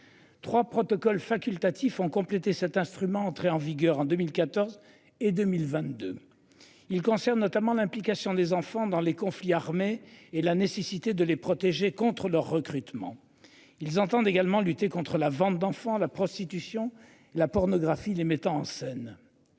Trois protocole facultatif ont complété cet instrument entré en vigueur en 2014 et 2022. Ils concernent notamment l'implication des enfants dans les conflits armés et la nécessité de les protéger contre leur recrutement, ils entendent également lutter contre la vente d'enfants la prostitution, la pornographie, les mettant en scène.